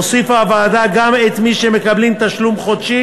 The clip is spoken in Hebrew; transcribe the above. הוסיפה הוועדה גם את מי שמקבלים תשלום חודשי